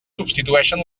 substitueixen